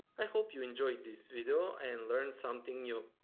i hope you enjoyed this video and learn something new.